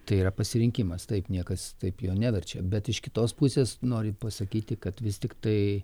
tai yra pasirinkimas taip niekas taip jo neverčia bet iš kitos pusės noriu pasakyti kad vis tiktai